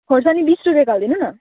खोर्सानी बिस रुपियाँको हालिदिनु न